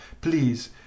please